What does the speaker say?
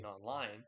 Online